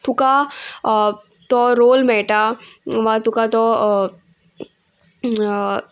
तुका तो रोल मेळटा वा तुका तो